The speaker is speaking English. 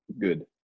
good